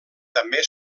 també